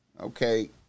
Okay